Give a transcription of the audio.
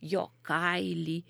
jo kailį